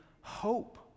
hope